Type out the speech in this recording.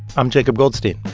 i'm jacob goldstein.